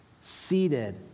seated